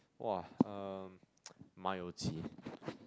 !wah! um ma you ji